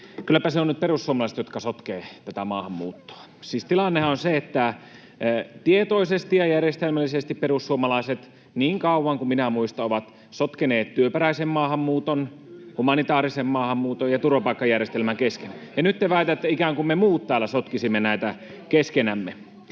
Kylläpä ne ovat nyt perussuomalaiset, jotka sotkevat tätä maahanmuuttoa. Siis tilannehan on se, että tietoisesti ja järjestelmällisesti perussuomalaiset, niin kauan kuin minä muistan, ovat sotkeneet työperäisen maahanmuuton, humanitaarisen maahanmuuton ja turvapaikkajärjestelmän keskenään, ja nyt te väitätte, että ikään kuin me muut täällä [Riikka